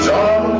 John